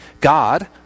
God